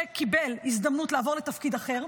שקיבל הזדמנות לעבור לתפקיד אחר,